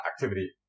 activity